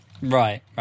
Right